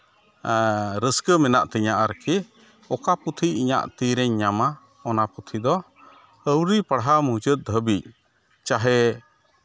ᱨᱟᱹᱥᱠᱟᱹ ᱢᱮᱱᱟᱜ ᱛᱤᱧᱟ ᱟᱨᱠᱤ ᱚᱠᱟ ᱯᱩᱛᱷᱤ ᱤᱧᱟᱜ ᱛᱤᱨᱮᱧ ᱧᱟᱢᱟ ᱚᱱᱟ ᱯᱩᱛᱷᱤ ᱫᱚ ᱟᱹᱣᱨᱤ ᱯᱟᱲᱦᱟᱣ ᱢᱩᱪᱟᱹᱫ ᱫᱷᱟᱹᱵᱤᱡ ᱪᱟᱦᱮ